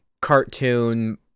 cartoon